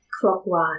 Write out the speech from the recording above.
clockwise